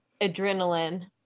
adrenaline